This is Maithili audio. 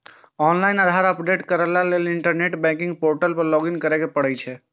ऑनलाइन आधार अपडेट कराबै लेल इंटरनेट बैंकिंग पोर्टल पर लॉगइन करय पड़ै छै